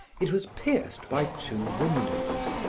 it was pierced by two windows.